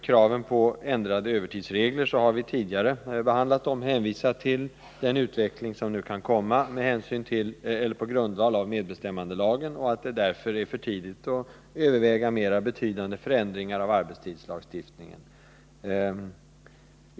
Kraven på ändrade övertidsregler har vi tidigare behandlat. Då har vi hänvisat till den utveckling som kan äga rum på grundval av medbestämmandelagen. Därför är det för tidigt att nu överväga mera betydande förändringar av arbetstidslagstiftningen.